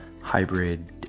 hybrid